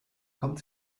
kommt